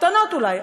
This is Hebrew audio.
קטנות אולי,